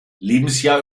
lebensjahr